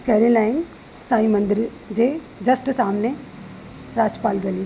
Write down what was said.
कैरीन line Sai मंदिर जे just सामने राजपाल गली